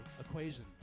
equation